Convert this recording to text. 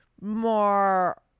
More